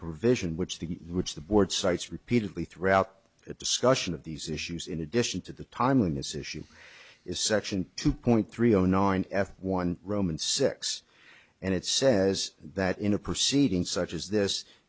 provision which the which the board cites repeatedly throughout a discussion of these issues in addition to the timeliness issue is section two point three zero nine f one roman six and it says that in a proceeding such as this